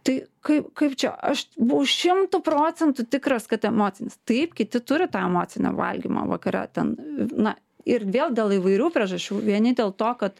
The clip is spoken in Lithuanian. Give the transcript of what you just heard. tai kai kaip čia aš buvau šimtu procentų tikras kad emocinis taip kiti turi tą emocinį valgymą vakare ten na ir vėl dėl įvairių priežasčių vieni dėl to kad